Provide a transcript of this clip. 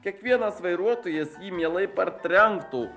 kiekvienas vairuotojas jį mielai partrenktų